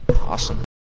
awesome